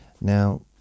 Now